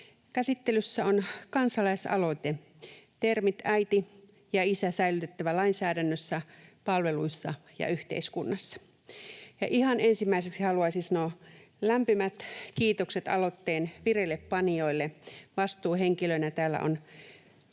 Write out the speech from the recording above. Käsittelyssä on kansalaisaloite ”Termit äiti ja isä säilytettävä lainsäädännössä, palveluissa ja yhteiskunnassa”, ja ihan ensimmäiseksi haluaisin sanoa lämpimät kiitokset aloitteen vireillepanijoille. Vastuuhenkilöinä täällä